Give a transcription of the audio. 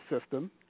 system